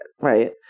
right